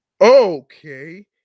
Okay